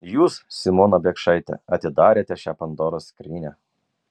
jūs simona biekšaite atidarėte šią pandoros skrynią